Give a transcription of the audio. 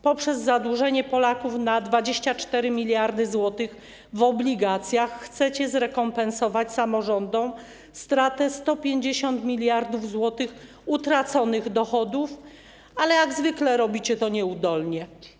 Poprzez zadłużenie Polaków na 24 mld zł w obligacjach chcecie zrekompensować samorządom stratę 150 mld zł z tytułu utraconych dochodów, ale jak zwykle robicie to nieudolnie.